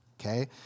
Okay